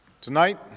Tonight